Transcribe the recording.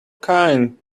kind